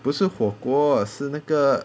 不是火锅是那个